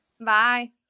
Bye